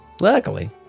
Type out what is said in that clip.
luckily